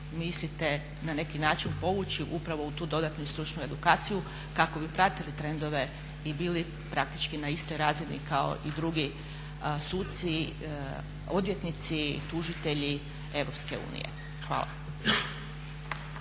mislite na neki način povući upravo u tu dodatnu stručnu edukaciju kako bi pratili trendove i bili praktički na istoj razini kao i drugi suci, odvjetnici, tužitelji EU. Hvala.